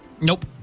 Nope